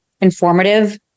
informative